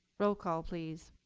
roll call please.